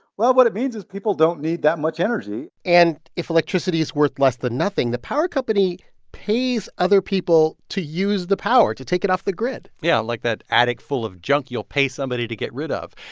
well, what it means is people don't need that much energy and if electricity is worth less than nothing, the power company pays other people to use the power to take it off the grid yeah, like that attic full of junk you'll pay somebody to get rid of.